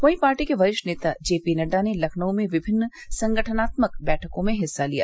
वहीं पार्टी के वरिष्ठ नेता जेपी नड़डा ने लखनऊ में विभिन्न संगठनात्मक बैठकों में हिस्सा लिया